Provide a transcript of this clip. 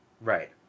Right